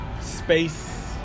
space